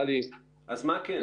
אז מה כן?